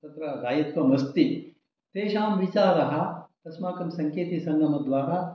तत्र दायित्वम् अस्ति तेषां विचाराः अस्माकं सङ्केतीसङ्घमद्वारा